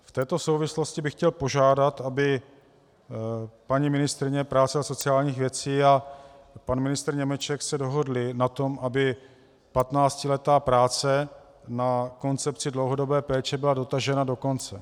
V této souvislosti bych chtěl požádat, aby se paní ministryně práce a sociálních věcí a pan ministr Němeček dohodli na tom, aby patnáctiletá práce na koncepci dlouhodobé péče byla dotažena do konce.